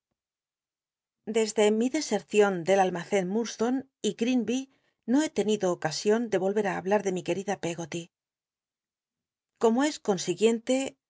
desde mi desercion del almacen lfurdstone y grinby no be tenido ocasion de volver á habla de mi qucl'ida pcggoty como es consiguiente